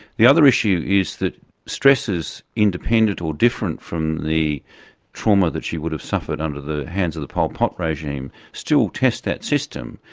the other issue is that stresses independent or different from the trauma that you would have suffered under the hands of the pol pot regime still test that system.